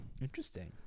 Interesting